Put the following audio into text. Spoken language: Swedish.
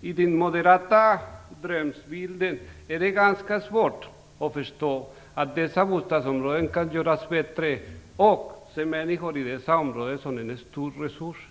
Enligt den moderata drömbilden är det ganska svårt att förstå att sådana här bostadsområden kan göras bättre och att se människor i dessa områden som en stor resurs.